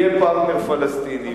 יהיה פרטנר פלסטיני,